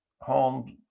home